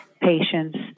patients